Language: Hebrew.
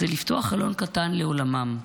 הוא לפתוח חלון קטן לעולמם.